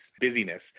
busyness